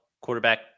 quarterback